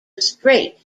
straight